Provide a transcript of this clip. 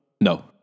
No